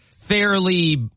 fairly